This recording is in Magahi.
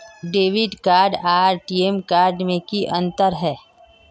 डेबिट कार्ड आर टी.एम कार्ड में की अंतर है?